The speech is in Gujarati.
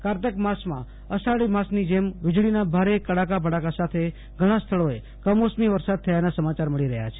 કારતક માસમાં અષાઢ માસની જેમ વિજળીનાં ભારે કડાકા ભડાકા સાથે ઘણા સ્થળોએ કમોસમી વરસાદ થયાના સમાચાર મળી રહ્યા છે